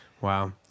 Wow